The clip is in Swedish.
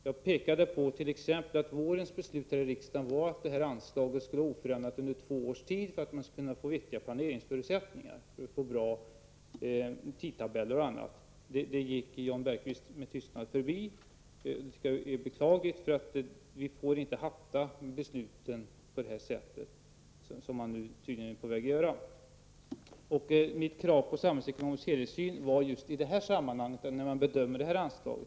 Jag pekade t.ex. på att vårens riksdagsbeslut innebar att anslaget skulle vara oförändrat under två års tid för att man skulle kunna få riktiga planeringsförutsättningar, inte minst när det gäller att få fram en bra tidtabell och annat. Det förbigick Jan Bergqvist med tystnad. Det är beklagligt. Man får inte hatta i besluten på det sätt som man nu tydligen är beredd att göra. Mitt krav på samhällsekonomisk hänsyn gällde just hur man bedömer detta anslag.